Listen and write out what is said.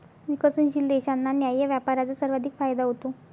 विकसनशील देशांना न्याय्य व्यापाराचा सर्वाधिक फायदा होतो